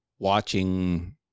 watching